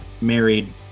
married